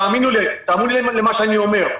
תאמינו לי למה שאני אומר.